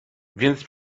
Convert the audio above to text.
więc